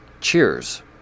CHEERS